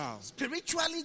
spiritually